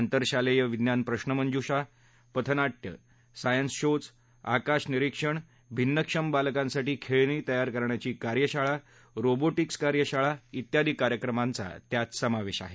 आंतरशालेय विज्ञान प्रश्नमंजुषा पथनाट्यं सायन्स शोज आकाश निरीक्षण भिन्नक्षम बालकांसाठी खेळणी तयार करण्याची कार्यशाळा रोबोटिक्स कार्यशाळा त्यादी कार्यक्रमांचा त्यात समावेश आहे